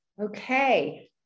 Okay